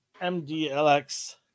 MDLX